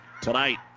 tonight